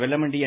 Vellamandi என்